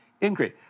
increase